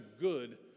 good